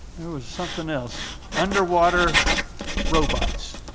there was something else, underwater robots,